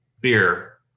beer